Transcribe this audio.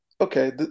okay